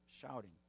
shouting